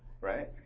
right